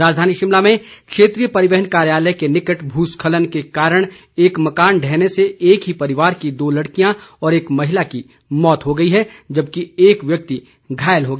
राजधानी शिमला में क्षेत्रीय परिवहन कार्यालय के निकट भूस्खलन के कारण एक मकान ढहने से एक ही परिवार की दो लड़कियों व एक महिला की मौत हो गई जबकि एक व्यक्ति घायल हो गया